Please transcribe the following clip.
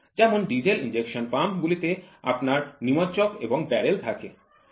যেমন diesel injection pump গুলিতে আপনার নিমজ্জক এবং ব্যারেল থাকে